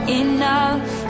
enough